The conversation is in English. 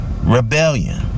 Rebellion